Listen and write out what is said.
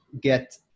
get